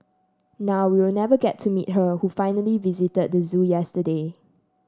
now we'll never get to meet her who finally visited the zoo yesterday